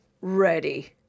ready